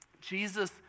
Jesus